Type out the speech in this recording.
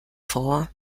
vor